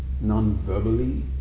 non-verbally